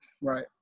Right